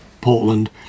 Portland